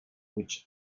which